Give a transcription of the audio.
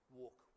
walk